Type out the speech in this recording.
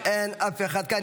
אין אף אחד כאן.